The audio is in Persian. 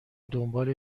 دنبال